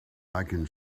can